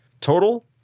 total